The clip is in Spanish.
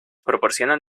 proporcionan